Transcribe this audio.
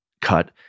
cut